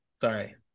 Sorry